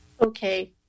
Okay